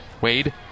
Wade